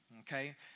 Okay